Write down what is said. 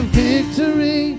victory